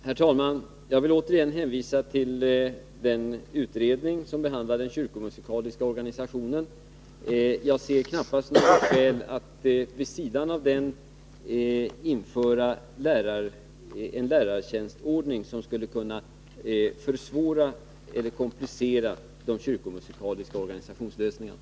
Herr talman! Jag vill återigen hänvisa till den utredning som behandlar den kyrkomusikaliska organisationen. Jag ser knappast något skäl att vid sidan av den införa en lärartjänstordning som skulle kunna komplicera de kyrkomusikaliska organisationslösningarna.